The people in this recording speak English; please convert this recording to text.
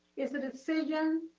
it's a decision